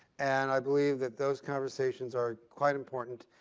and i believe that those conversations are quite important,